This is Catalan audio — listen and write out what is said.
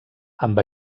amb